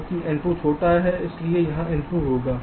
चूंकि n2 छोटा है इसलिए यह n2 होगा